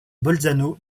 bolzano